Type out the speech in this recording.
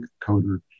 coder